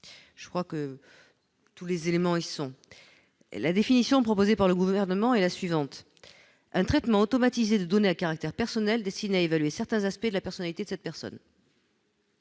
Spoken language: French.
de cette personne physique ». La définition proposée par le Gouvernement est la suivante :« Un traitement automatisé de données à caractère personnel destiné à évaluer certains aspects de la personnalité de cette personne